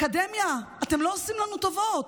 האקדמיה, אתם לא עושים לנו טובות,